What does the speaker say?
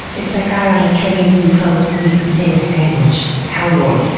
it's that guy on the train who fell asleep eating a sandwich alie ward,